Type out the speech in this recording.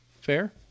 Fair